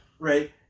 Right